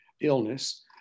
illness